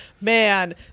man